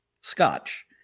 Scotch